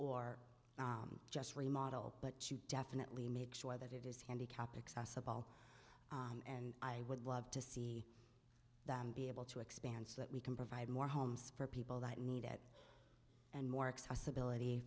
or just remodel but you definitely make sure that it is handicapped accessible and i would love to see than be able to expand so that we can provide more homes for people that need it and more access ability